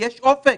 יש אופק.